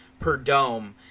Perdome